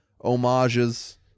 homages